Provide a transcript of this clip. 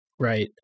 Right